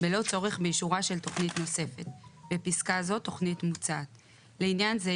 בלא צורך באישורה של תכנית נוספת (בפסקה זו תכנית מוצעת); לעניין זה,